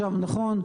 נכון,